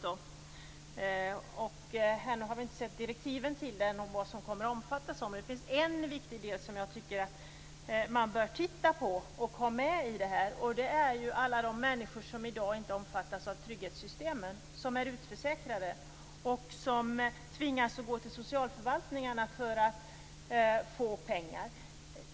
Ännu har vi inte sett direktiven om vad som skall omfattas. Det finns en viktig del som bör tas med, nämligen alla de människor som inte omfattas av trygghetssystemen - som är utförsäkrade. De tvingas att gå till socialförvaltningarna för att få pengar.